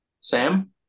Sam